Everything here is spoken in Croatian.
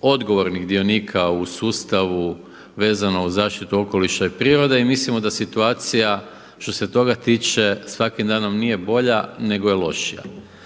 odgovornih dionika u sustavu vezano uz zaštitu okoliša i prirode i mislimo da situacija što se toga tiče svakim danom nije bolja nego je lošija.